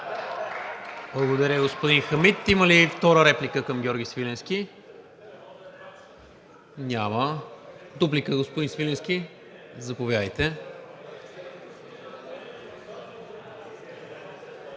Благодаря, господин Хамид. Има ли втора реплика към Георги Свиленски? Няма. Дуплика, господин Свиленски? Заповядайте.